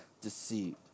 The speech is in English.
deceived